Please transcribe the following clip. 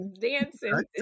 dancing